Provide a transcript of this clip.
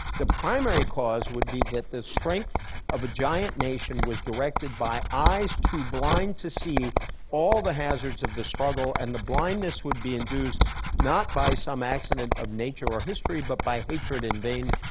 the primary cause would be that the strength of a giant nation was directed by eyes too blind to see all the hazards of the struggle and the blindness would be induced not by some accident of nature or history but by hatred and vainglory.